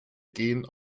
gen